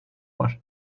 var